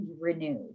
renewed